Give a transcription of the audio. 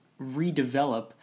redevelop